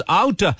out